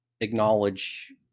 acknowledge